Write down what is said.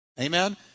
Amen